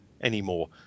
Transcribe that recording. anymore